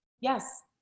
Yes